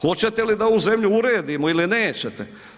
Hoćete li da ovu zemlju uredimo ili nećete?